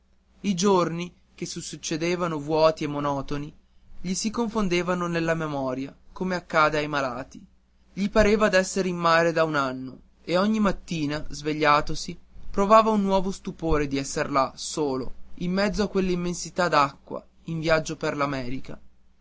i giorni che si succedevano vuoti e monotoni gli si confondevano nella memoria come accade ai malati gli parve d'esser in mare da un anno e ogni mattina svegliandosi provava un nuovo stupore di esser là solo in mezzo a quell'immensità d'acqua in viaggio per